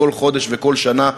כל חודש וכל שנה,